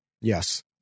Yes